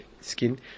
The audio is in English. skin